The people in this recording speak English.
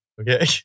Okay